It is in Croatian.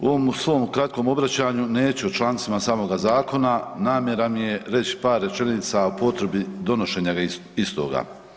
U ovomu svom kratkom obraćanju neću o člancima samoga Zakona, namjera mi je reći par rečenica o potrebi donošenja istoga.